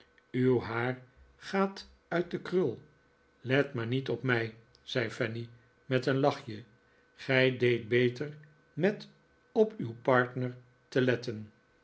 uw haar gaat uit de krul let maar niet op mij zei fanny met een lachje gij deedt beter met op uw partner te letten